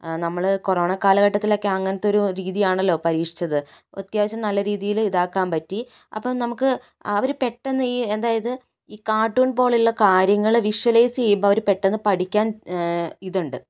നമ്മള് കൊറോണ കാലഘട്ടത്തിലൊക്കെ അങ്ങനത്തെ ഒരു രീതിയാണല്ലോ പരീക്ഷിച്ചത് അത്യാവശ്യം നല്ലരീതിയിൽ ഇതാക്കാൻ പറ്റി അപ്പോൾ നമുക്ക് അവര് പെട്ടെന്ന് ഈ അതായത് ഈ കാർട്ടൂൺ പോലുള്ള കാര്യങ്ങള് വിശ്വലൈസ് ചെയ്യുമ്പോൾ അവര് പെട്ടെന്ന് പഠിക്കാൻ ഇതുണ്ട്